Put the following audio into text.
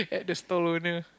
at the stall owner